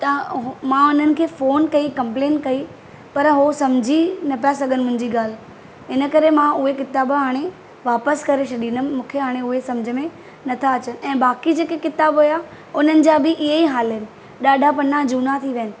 तव्हां मां उन्हनि खे फ़ोन कई कम्पलेंन कई पर उहो समिझी न पिया सघनि मुंहिंजी ॻाल्हि इन करे मां उहे किताब हाणे वापसि करे छॾीन्दमि मूंखे हाणे उहे सम्झि में नथां अचनि ऐं बाकी जेका किताब हुआ उन्हनि जा बि इहे ई हाल आहिनि ॾाढा पना झूना थी विया आहिनि